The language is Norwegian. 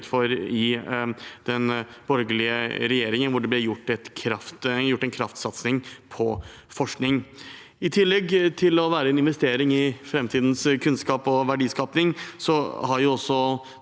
i den borgerlige regjeringen, hvor det virkelig ble gjort en kraftsatsing på forskning. I tillegg til at den er en investering i framtidens kunnskap og verdiskaping, har denne